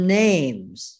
names